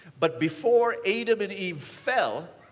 but before adam and eve fell,